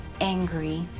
angry